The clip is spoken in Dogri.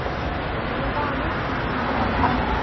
ते कि'यां भाऽ न